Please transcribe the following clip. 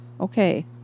Okay